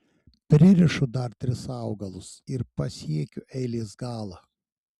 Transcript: pririšu dar tris augalus ir pasiekiu eilės galą